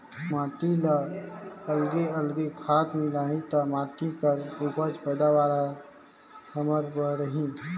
माटी ल अलगे अलगे खाद मिलही त माटी कर उपज पैदावार हमर बड़ही